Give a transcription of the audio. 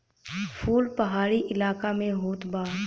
फूल पहाड़ी इलाका में होत बा